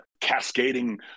cascading